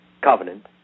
covenant